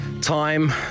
Time